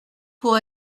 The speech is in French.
pour